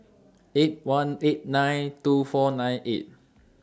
eight one eight nine two four nine eight